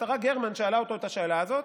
עטרה גרמן שאלה אותו את השאלה הזאת.